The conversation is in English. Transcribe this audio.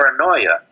paranoia